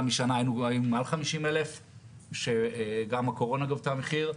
משנה היינו מעל 50,000. גם הקורונה גבתה מחיר.